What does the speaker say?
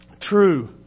true